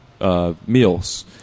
meals